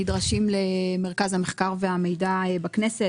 שנדרשים למרכז המחקר והמידע בכנסת,